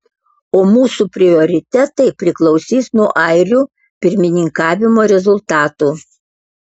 o mūsų prioritetai priklausys nuo airių pirmininkavimo rezultatų